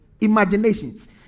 imaginations